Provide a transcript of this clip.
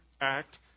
act